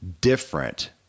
different